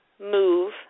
move